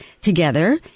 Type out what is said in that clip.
together